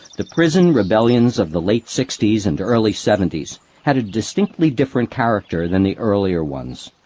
the prison rebellions of the late sixties and early seventies had a distinctly different character than the earlier ones.